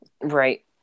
Right